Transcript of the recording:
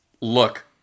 Look